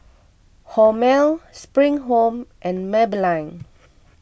Hormel Spring Home and Maybelline